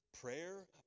prayer